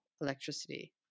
electricity